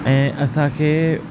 ऐं असांखे